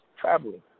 traveling